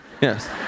Yes